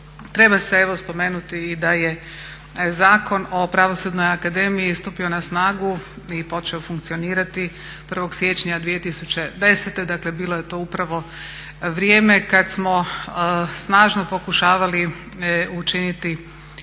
Treba se spomenuti da je Zakon o Pravosudnoj akademiji stupio na snagu i počeo funkcionirati 1.siječnja 2010.dakle bilo je to upravo vrijeme kada smo snažno pokušavati učiniti pomake,